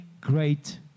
great